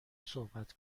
صحبت